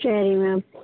சரிங்க